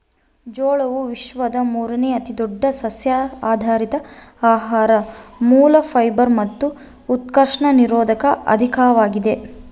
ಜೋಳವು ವಿಶ್ವದ ಮೂರುನೇ ಅತಿದೊಡ್ಡ ಸಸ್ಯಆಧಾರಿತ ಆಹಾರ ಮೂಲ ಫೈಬರ್ ಮತ್ತು ಉತ್ಕರ್ಷಣ ನಿರೋಧಕ ಅಧಿಕವಾಗಿದೆ